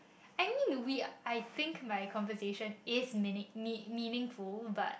I mean we I think my conversation is meaning~ mean~ meaningful but